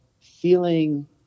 feeling –